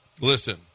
Listen